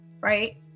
right